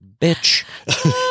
bitch